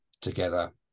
together